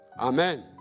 Amen